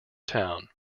town